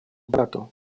брату